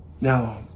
Now